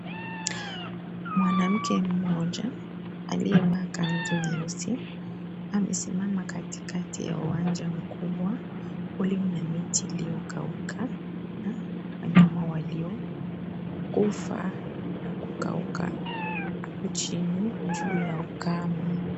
Mwanamke mmoja aliyevaa kanzu nyeusi, amesimama katikati ya uwanja mkubwa ulio na miti uliokauka na wanyama waliokufa na kukauka hapo chini juu ya ukame.